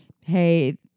hey